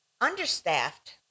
understaffed